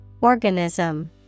Organism